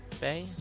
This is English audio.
bay